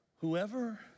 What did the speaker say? Whoever